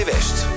West